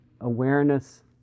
awareness